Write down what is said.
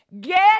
Get